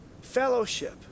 Fellowship